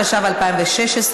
התשע"ו 2016,